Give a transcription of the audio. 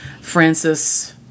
Francis